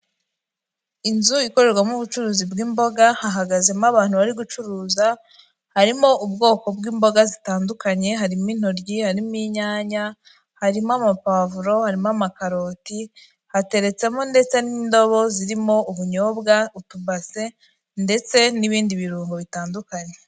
inzu ikorerwamo ubucuruzi bw'imboga hahagazemo abantu bari gucuruza harimo ubwoko bw'imboga zitandukanye harimo intoryi harimo inyanya harimo amapavro harimo amakaroti hateretsemo ndetse n'indobo zirimo ubunyobwa utubase ndetse n'ibindi biruhungo bitandukanye.